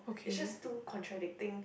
it's just too contradicting